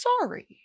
sorry